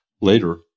later